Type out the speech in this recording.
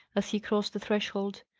as he crossed the threshold.